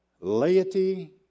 laity